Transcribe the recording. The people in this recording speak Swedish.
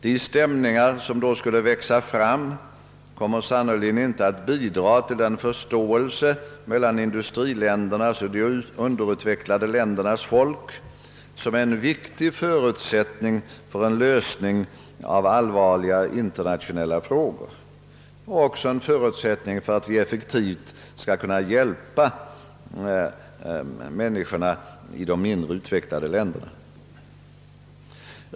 De stämningar som då skulle växa fram kommer säkerligen inte att bidra till den förståelse mellan industriländernas och de underutvecklade ländernas folk, som är en så viktig förutsättning för en lösning av allvarliga internationella frågor och även en förutsättning för att vi effektivt skall kunna hjälpa människorna i de mindre utvecklade länderna.